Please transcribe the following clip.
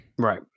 Right